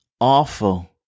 awful